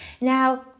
Now